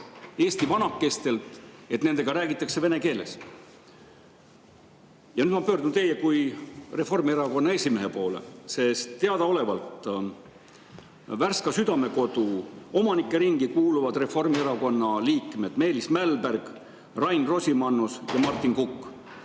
eesti vanakestelt, et nendega räägitaks vene keeles. Nüüd ma pöördun teie kui Reformierakonna esimehe poole, sest teadaolevalt kuuluvad Värska Südamekodu omanikeringi Reformierakonna liikmed Meelis Mälberg, Rain Rosimannus ja Martin Kukk.